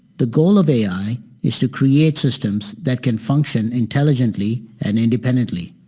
the goal of ai is to create systems that can function intelligently and independently.